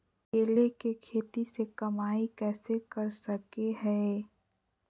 केले के खेती से कमाई कैसे कर सकय हयय?